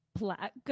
Black